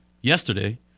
yesterday